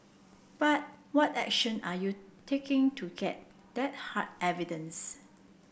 but what action are you taking to get that hard evidence